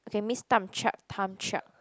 okay miss time check time check